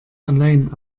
allein